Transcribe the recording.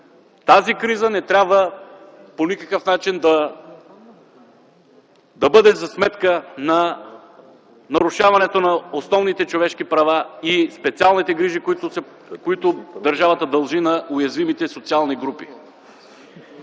тази криза не трябва по никакъв начин да бъде за сметка на нарушаването на основните човешки права и специалните грижи, които държавата дължи на уязвимите социални групи.